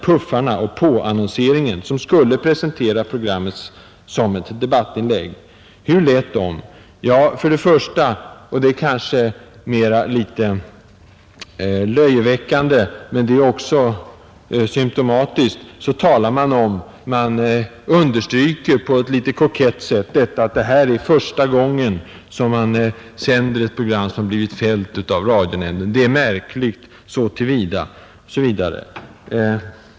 puffarna och påannonseringen, som skulle presentera programmet som ett debattinlägg. Hur lät de? 1. Något kanske mest löjeväckande, men också symtomatiskt är, att man på ett litet kokett sätt understryker att programmet är märkligt, så till vida att det är första gången som man sänder ett program som blivit fällt av radionämnden osv.